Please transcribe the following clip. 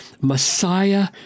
Messiah